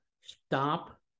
Stop